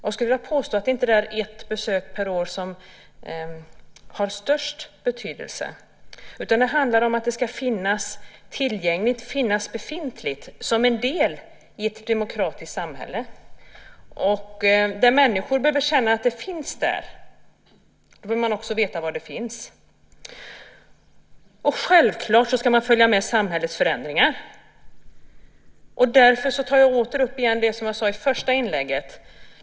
Jag skulle vilja påstå att det inte är antalet, ett besök per år, som har störst betydelse. Det handlar om att tingsrätten ska finnas tillgänglig. Den ska vara en befintlig del i ett demokratiskt samhälle. Människor behöver känna att den finns där. Man vill också veta var den finns. Självklart ska man följa med i samhällets förändringar. Därför tar jag åter upp det jag sade i det första inlägget.